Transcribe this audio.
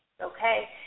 okay